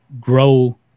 grow